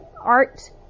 art